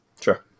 Sure